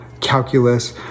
calculus